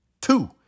Two